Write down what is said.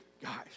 guys